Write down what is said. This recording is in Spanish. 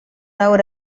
ahora